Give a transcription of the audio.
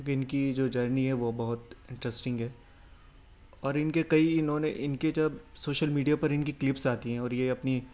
کیوں کہ ان کی جو جرنی ہے وہ بہت انٹرسٹنگ ہے اور ان کے کئی انہوں نے ان کے جب سوشل میڈیا پر ان کی کلپس آتی ہیں اور یہ اپنی